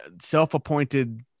Self-appointed